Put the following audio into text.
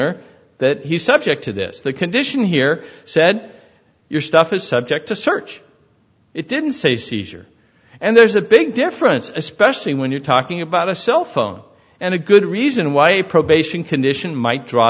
or that he subject to this the condition here said your stuff is subject to search it didn't say seizure and there's a big difference especially when you're talking about a cell phone and a good reason why a probation condition might draw